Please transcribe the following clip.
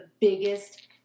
biggest